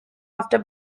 after